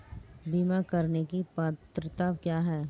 बीमा करने की पात्रता क्या है?